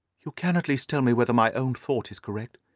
you can at least tell me whether my own thought is correct,